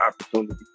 opportunity